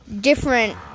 different